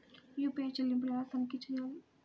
UPI చెల్లింపులు ఎలా తనిఖీ చేయాలి?